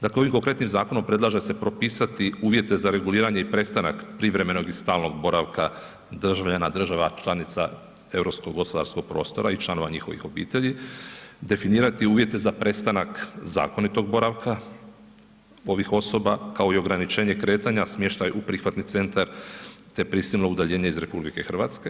Dakle ovim konkretnim zakonom predlaže se propisati uvjete za reguliranje i prestanak i privremenog i stalnog boravka državljana država članica europskog gospodarskog prostora i članova njihovih obitelji, definirati uvjete za prestanak zakonitog boravka ovih osoba kao i ograničenje kretanja, smještaj u prihvatni centar te prisilno udaljenje iz RH.